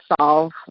solve